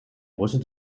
große